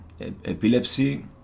epilepsy